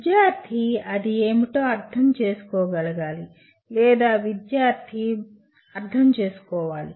విద్యార్థి అది ఏమిటో అర్థం చేసుకోగలగాలి లేదా విద్యార్థి అర్థం చేసుకోగలగాలి